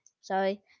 sorry